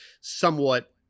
somewhat